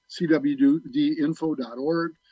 cwdinfo.org